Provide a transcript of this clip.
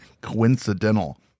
coincidental